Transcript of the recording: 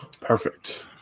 Perfect